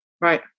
Right